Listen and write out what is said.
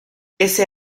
ese